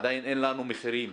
עדיין אין לנו מחירים